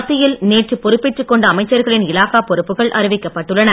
மத்தியில் நேற்று பொறுப்பேற்றுக் கொண்ட அமைச்சர்களின் இலாக்கா பொறுப்புகள் அறிவிக்கப்பட்டுள்ளன